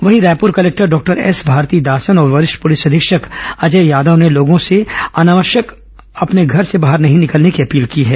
वहीं Raipur collector doctor S Bharathidasan और वरिष्ठ पुलिस अधीक्षक अजय यादव ने लोगों से अनावश्यक अपने घर से बाहर नहीं निकलने की अपील की है